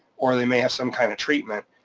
or they may have some kind of treatment.